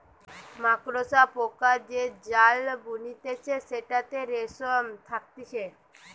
মাকড়সা পোকা যে জাল বুনতিছে সেটাতে রেশম থাকতিছে